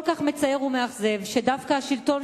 כל כך מצער ומאכזב שדווקא השלטון,